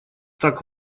так